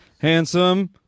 Handsome